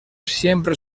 siempre